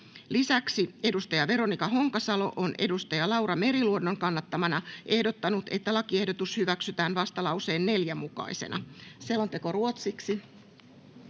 Lisäksi Veronika Honkasalo on Laura Meriluodon kannattamana ehdottanut, että lakiehdotus hyväksytään vastalauseen 4 mukaisena. [Speech 5]